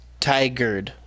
Tigered